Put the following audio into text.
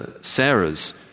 Sarah's